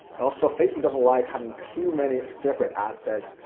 and also facebook doesn't like having too many separate ad sets,